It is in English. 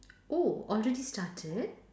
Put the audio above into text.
oh already started